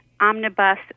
Omnibus